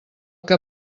que